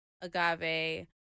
agave